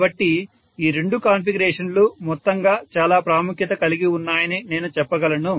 కాబట్టి ఈ రెండు కాన్ఫిగరేషన్లు మొత్తంగా చాలా ప్రాముఖ్యత కలిగి వున్నాయని నేను చెప్పగలను